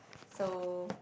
so